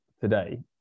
today